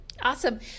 Awesome